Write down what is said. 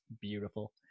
beautiful